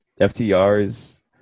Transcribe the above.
FTRs